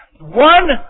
One